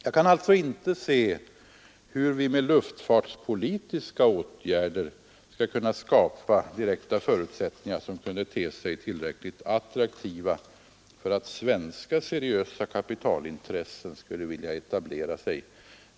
Jag kan alltså inte se hur vi med luftfartspolitiska åtgärder skall kunna skapa direkta förutsättningar, som kan te sig tillräckligt attraktiva för att svenska seriösa kapitalintressen skulle vilja etablera sig.